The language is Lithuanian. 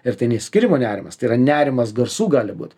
ir tai ne išsiskyrimo nerimas tai yra nerimas garsų gali būti